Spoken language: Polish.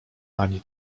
ani